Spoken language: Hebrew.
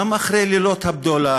גם אחרי לילות הבדולח.